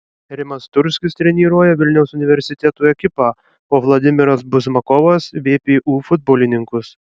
rimas turskis treniruoja vilniaus universiteto ekipą o vladimiras buzmakovas vpu futbolininkus